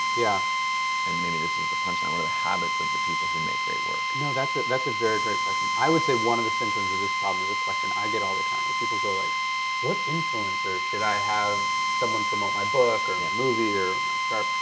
yeah and maybe this is the punchline, what are the habits of the people who make great work? you know that's ah that's a very great question. i would say that one of the symptoms of this problem is a question i get all the time, where people go, like what influence, or should i have someone promote my book or movie or my start?